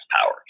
power